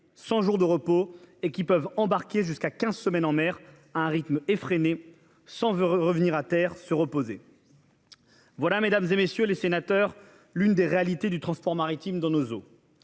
de jours de repos, pouvant embarquer jusqu'à quinze semaines en mer et travailler à un rythme effréné sans revenir à terre se reposer. Voilà, mesdames, messieurs les sénateurs, l'une des réalités du transport maritime dans nos eaux